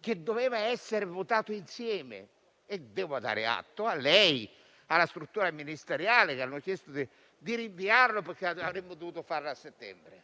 che doveva essere votato insieme? Devo dare atto a lei e alla struttura ministeriale di aver chiesto di rinviarlo, perché avremmo dovuto farlo a settembre,